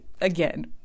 again